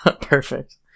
Perfect